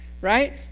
right